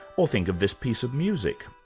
or think of this piece of music,